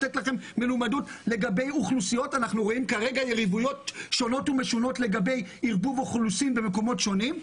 אנחנו רואים יריבויות שונות ומשונות לגבי ערבוב אוכלוסין במקומות שונים,